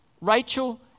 Rachel